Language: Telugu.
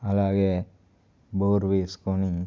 అలాగే బోర్ వేసుకొని